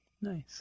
Nice